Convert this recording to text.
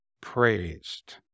praised